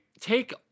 take